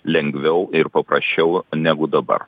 lengviau ir paprasčiau negu dabar